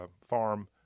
farm